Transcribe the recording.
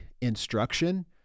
instruction